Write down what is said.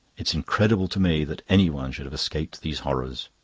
it's incredible to me that anyone should have escaped these horrors.